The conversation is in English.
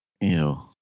Ew